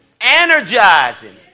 Energizing